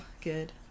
good